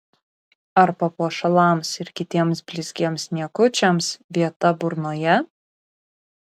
ar papuošalams ir kitiems blizgiems niekučiams vieta burnoje